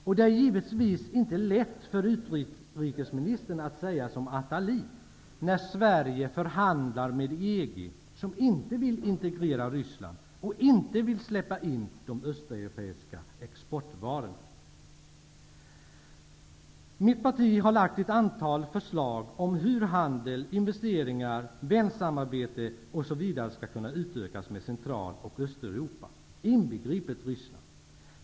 Och det är givetvis inte lätt för henne att säga som Attali, när Sverige förhandlar med EG, som inte vill integrera Ryssland och inte vill släppa in de östeuropeiska exportvarorna. Vänsterpartiet har lagt fram ett antal förslag om hur handel, investeringar, vänsamarbete osv. skall kunna utökas med Central och Östeuropa, inbegripet Ryssland.